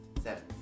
Seven